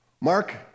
Mark